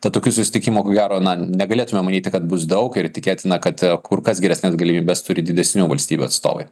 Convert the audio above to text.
tad tokių susitikimų ko gero na negalėtumėm manyti kad bus daug ir tikėtina kad kur kas geresnes galimybes turi didesnių valstybių atstovai